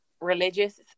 religious